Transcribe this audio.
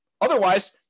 Otherwise